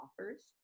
offers